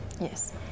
Yes